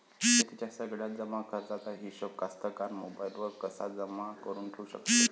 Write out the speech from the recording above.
शेतीच्या सगळ्या जमाखर्चाचा हिशोब कास्तकार मोबाईलवर कसा जमा करुन ठेऊ शकते?